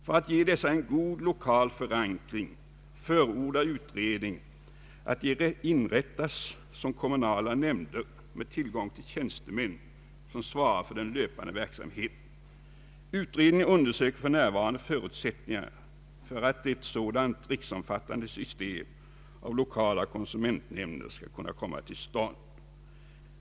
För att ge dessa en god lokal förankring förordar utredningen att de inrättas som kommunala nämnder med tillgång till tjänstemän, som svarar för den löpande verksamheten. Utredningen undersöker f.n. förutsättningarna för att ett sådant riksomfattande system av lokala konsumentnämnder skall kunna komma till stånd...